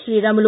Sriramulu